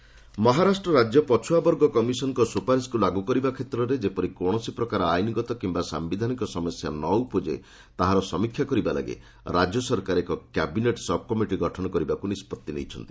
Maharashtra reservation Maharashtra ରାଜ୍ୟ ପଛୁଆ ବର୍ଗ କମିଶନଙ୍କ ସୁପାରିଶକୁ ଲାଗୁ କରିବା କ୍ଷେତ୍ରରେ ଯେପରି କୌଣସି ପ୍ରକାର ଆଇନଗତ କିମ୍ବା ସାମ୍ବିଧାନିକ ୍ସମସ୍ୟା ନ ଉପୁଜେ ତାହାର ସମୀଡ଼କ୍ଷା କରିବା ଲାଗି ରାଜ୍ୟ ସରକାର ଏକ କ୍ୟାବିନେଟ ସବ୍କମିଟି ଗଠନ କରିବାକୁ ନିଷ୍ପଭି ନେଇଛନ୍ତି